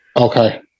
Okay